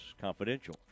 Confidential